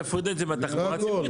--- בתחבורה הציבורית.